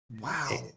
Wow